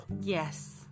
yes